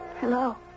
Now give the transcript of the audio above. Hello